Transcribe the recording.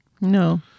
No